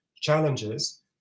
challenges